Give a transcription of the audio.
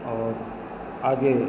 और आगे